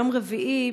ביום רביעי,